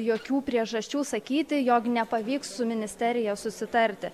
jokių priežasčių sakyti jog nepavyks su ministerija susitarti